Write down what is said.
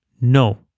No